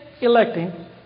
electing